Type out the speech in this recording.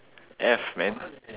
F man